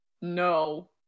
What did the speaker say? no